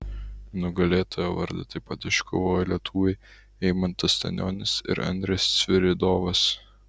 nugalėtojo vardą taip pat iškovojo lietuviai eimantas stanionis ir andrė sviridovas